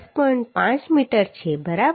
5 metre છે બરાબર